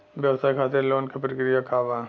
व्यवसाय खातीर लोन के प्रक्रिया का बा?